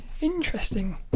Interesting